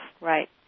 Right